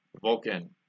Vulcan